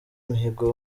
mihigo